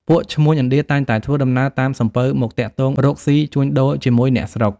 ពួកឈ្មួញឥណ្ឌាតែងតែធ្វើដំណើរតាមសំពៅមកទាក់ទងរកស៊ីជួញដូរជាមួយអ្នកស្រុក។